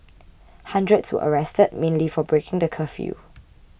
hundreds were arrested mainly for breaking the curfew